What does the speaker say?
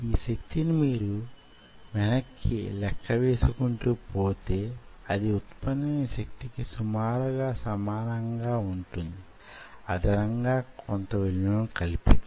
ఈ శక్తిని మీరు వెనక్కి లెక్క వేసుకుంటూ పోతే అది వుత్పన్నమైన శక్తికి సుమారుగా సమానంగా వుంటుంది అదనంగా కొంత విలువను కలిపితే